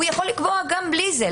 הוא יכול לקבוע גם בלי זה.